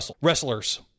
wrestlers